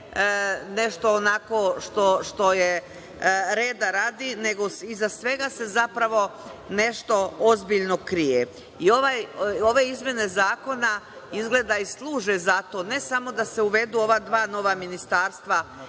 nešto onako što je reda radi, nego, iza svega se zapravo nešto ozbiljno krije. Ove izmene zakona izgleda i služe za to, ne samo da se uvedu ova dva nova ministarstva